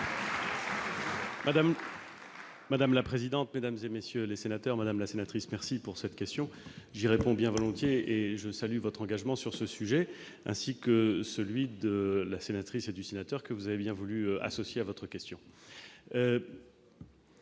Madame la présidente, mesdames, messieurs les sénateurs, madame la sénatrice, je vous remercie de cette question, à laquelle je réponds bien volontiers. Je salue votre engagement sur ce sujet, ainsi que celui de la sénatrice et du sénateur que vous avez bien voulu associer à votre question.